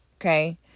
okay